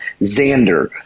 Xander